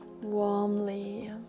warmly